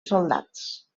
soldats